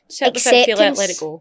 acceptance